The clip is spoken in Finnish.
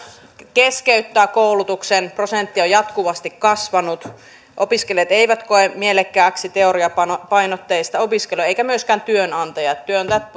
keskeyttää koulutuksen prosentti on jatkuvasti kasvanut opiskelijat eivät koe mielekkääksi teoriapainotteista opiskelua eivätkä myöskään työnantajat työnantajat